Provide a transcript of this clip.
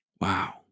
Wow